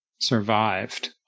survived